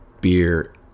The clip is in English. beer